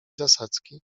zasadzki